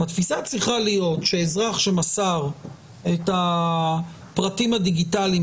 התפיסה צריכה להיות שאזרח שמסר את הפרטים הדיגיטליים